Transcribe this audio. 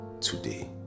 today